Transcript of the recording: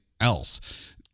else